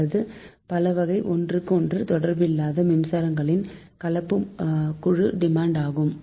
இது பலவகை ஒன்றுக்கொன்று தொடர்பில்லாத மின்சுமைகளின் கலப்பு குழு டிமாண்ட் ஆகும்